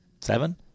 Seven